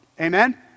Amen